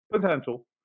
potential